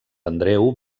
andreu